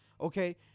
okay